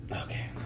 Okay